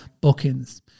bookings